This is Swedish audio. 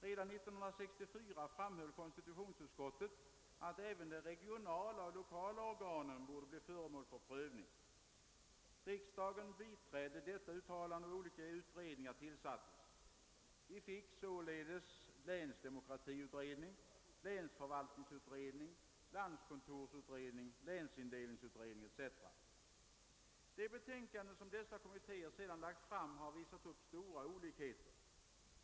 Redan 1964 framhöll konstitutionsutskottet att även de regionala och lokala organen borde bli föremål för prövning. Riksdagen biträdde detta uttalande och olika utredningar tillsattes. Vi fick således länsdemokratiutredning, länsförvaltningsutredning, landskontorsutredning, länsindelningsutredningen, etc. De betänkanden som dessa kommittéer sedan lagt fram har visat upp stora olikheter.